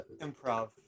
improv